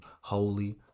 holy